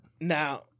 Now